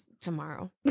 tomorrow